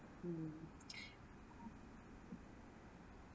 mm